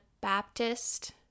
Baptist